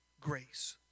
grace